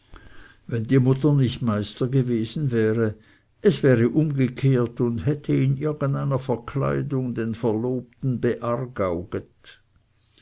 wenn die mutter nicht meister gewesen wäre es wäre umgekehrt und hätte in irgend einer verkleidung den verlobten